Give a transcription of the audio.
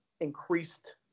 increased